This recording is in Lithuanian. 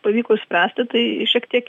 pavyko išspręsti tai šiek tiek